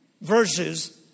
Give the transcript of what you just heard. verses